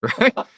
right